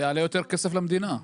זה יעלה יותר כסף למדינה,